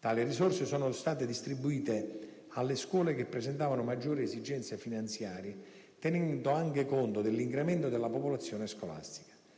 Tali risorse sono state distribuite alle scuole che presentavano maggiori esigenze finanziarie, tenendo anche conto dell'incremento della popolazione scolastica.